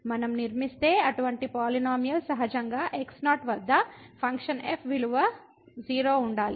మనం నిర్మిస్తే అటువంటి పాలినోమియల్ సహజంగా x0 వద్ద ఫంక్షన్ f విలువ 0 ఉండాలి